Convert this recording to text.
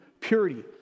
purity